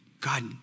God